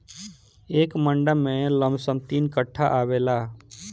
एक मंडा में लमसम तीन कट्ठा आवेला